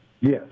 Yes